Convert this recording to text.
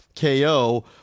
KO